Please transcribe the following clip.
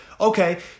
Okay